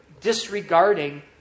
disregarding